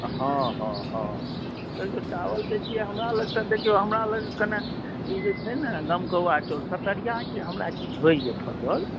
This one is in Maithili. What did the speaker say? हँ हँ हँ देखिऔ चावल जे छै हमरा लग तऽ देखिऔ हमरा लग कने ई जे छै ने गमकौआ चाउर सतरिआके हमरा किछु होइए फसिल